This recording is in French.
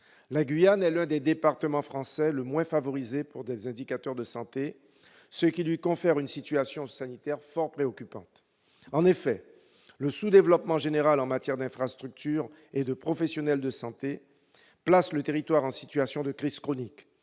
La Guyane est l'un des départements français le moins favorisé pour les indicateurs de santé, ce qui lui confère une situation sanitaire fort préoccupante. En effet, le sous-développement général en matière d'infrastructures et de professionnels de santé place le territoire en situation de crise chronique.